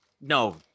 No